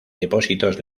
depósitos